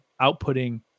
outputting